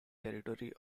territory